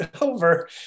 over